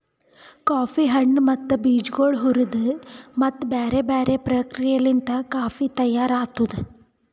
coffee ಹಣ್ಣು ಮತ್ತ ಬೀಜಗೊಳ್ ಹುರಿದು ಮತ್ತ ಬ್ಯಾರೆ ಬ್ಯಾರೆ ಪ್ರಕ್ರಿಯೆಲಿಂತ್ ಕಾಫಿ ತೈಯಾರ್ ಆತ್ತುದ್